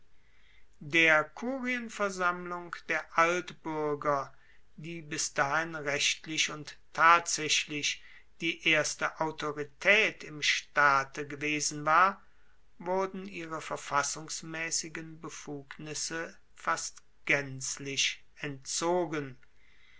der kurienversammlung der altbuerger die bis dahin rechtlich und tatsaechlich die erste autoritaet im staate gewesen war wurden ihre verfassungsmaessigen befugnisse fast gaenzlich entzogen